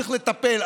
צריך לטפל,